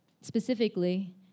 specifically